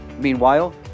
Meanwhile